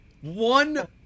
One